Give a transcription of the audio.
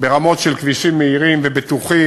ברמה של כבישים מהירים ובטוחים,